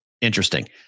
interesting